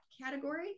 category